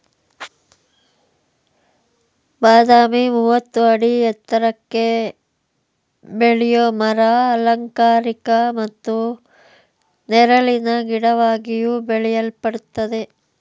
ಬಾದಾಮಿ ಮೂವತ್ತು ಅಡಿ ಎತ್ರಕ್ಕೆ ಬೆಳೆಯೋ ಮರ ಅಲಂಕಾರಿಕ ಮತ್ತು ನೆರಳಿನ ಗಿಡವಾಗಿಯೂ ಬೆಳೆಯಲ್ಪಡ್ತದೆ